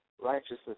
Righteousness